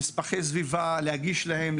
נספחי סביבה להגיש להם,